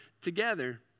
together